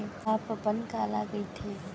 Top अपन काला कहिथे?